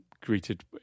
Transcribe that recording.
greeted